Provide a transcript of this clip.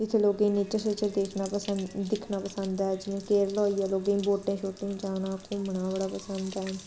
ते इत्थै लोकें गी नेचर शेचर देखना पसंद दिक्खना पसंद ऐ जियां केरल होई गेआ लोकें ई बोटें शोटें च जाना घूमना बड़ा पसंद ऐ